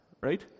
right